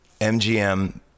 MGM